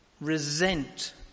resent